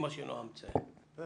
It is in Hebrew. אנחנו נצמדים למנגנון שלבי הבדיקה,